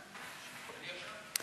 אני עכשיו?